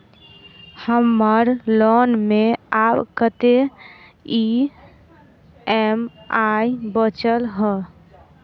हम्मर लोन मे आब कैत ई.एम.आई बचल ह?